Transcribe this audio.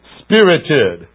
spirited